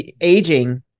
aging